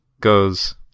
goes